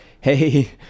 hey